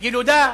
ילודה,